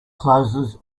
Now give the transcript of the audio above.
closes